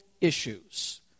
issues